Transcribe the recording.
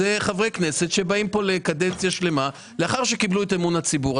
אלה חברי כנסת שבאים לכאן לקדנציה שלמה לאחר שקיבלו את אמון הציבור.